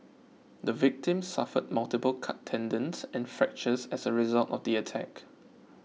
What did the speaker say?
the victim suffered multiple cut tendons and fractures as a result of the attack